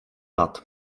lat